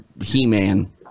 He-Man